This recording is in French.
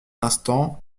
instant